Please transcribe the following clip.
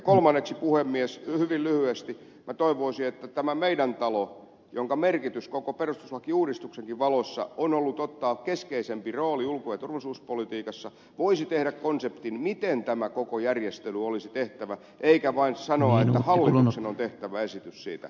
kolmanneksi puhemies hyvin lyhyesti minä toivoisin että tämä meidän talo jonka merkitys koko perustuslakiuudistuksenkin valossa on ollut ottaa keskeisempi rooli ulko ja turvallisuuspolitiikassa voisi tehdä konseptin miten tämä koko järjestely olisi tehtävä eikä vain sanoa että hallituksen on tehtävä esitys siitä